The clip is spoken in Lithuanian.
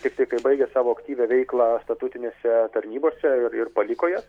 tiktai kai baigė savo aktyvią veiklą statutinėse tarnybose ir ir paliko ja